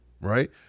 right